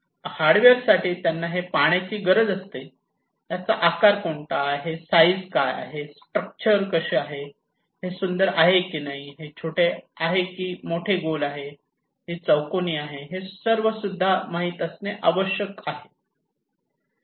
hardware साठी त्यांना हे पाहण्याची गरज असते याचा आकार कोणता आहे याची साईज काय आहे याचे स्ट्रक्चर कसे आहे हे सुंदर आहे की नाही हे छोटे आहे की मोठे हे गोल आहे की चौकोनी हेसुद्धा सर्व माहित असणे आवश्यक आहे